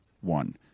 one